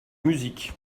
musique